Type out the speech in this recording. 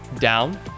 down